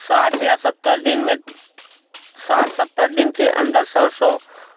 साठ या सत्तर दिन में साठ सत्तर दिन के बाद सरसों